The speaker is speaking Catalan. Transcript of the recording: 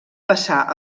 passar